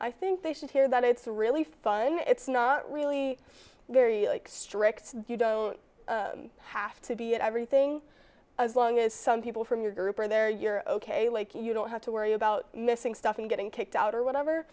i think they should hear that it's really fun it's not really very strict you don't have to be at everything as long as some people from your group are there you're ok like you don't have to worry about missing stuff and getting kicked out or whatever